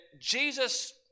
Jesus